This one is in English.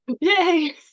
yay